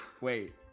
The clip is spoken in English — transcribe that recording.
Wait